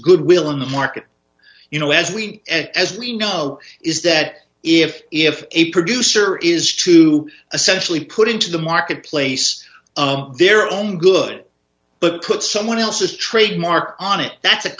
good will in the market you know as we as we know is that if if a producer is to essentially put into the marketplace of their own good but put someone else's trademark on it that's a